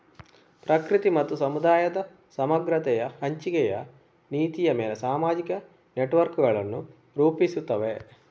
ಪ್ರಕೃತಿ ಮತ್ತು ಸಮುದಾಯದ ಸಮಗ್ರತೆಯ ಹಂಚಿಕೆಯ ನೀತಿಯ ಮೇಲೆ ಸಾಮಾಜಿಕ ನೆಟ್ವರ್ಕುಗಳನ್ನು ರೂಪಿಸುತ್ತವೆ